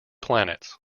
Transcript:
planets